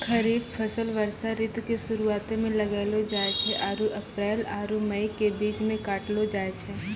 खरीफ फसल वर्षा ऋतु के शुरुआते मे लगैलो जाय छै आरु अप्रैल आरु मई के बीच मे काटलो जाय छै